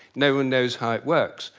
no-one knows how works.